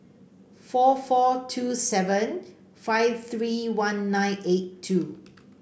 four four two seven five three one nine eight two